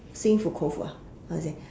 心服口服 ah how to say